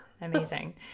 Amazing